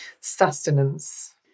sustenance